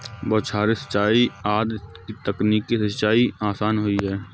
बौछारी सिंचाई आदि की तकनीक से सिंचाई आसान हुई है